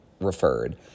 referred